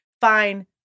fine